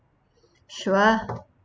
sure